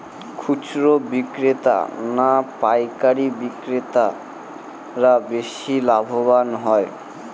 খুচরো বিক্রেতা না পাইকারী বিক্রেতারা বেশি লাভবান হয়?